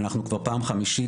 אנחנו כבר פעם חמישית,